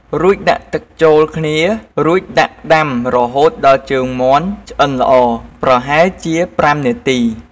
រួចដាក់ទឹកចូលគ្នារួចដាក់ដាំរហូតដល់ជើងមាន់ឆ្អឹនល្អ ប្រហែលជា ៥ នាទី។